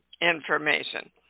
information